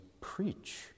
preach